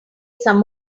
some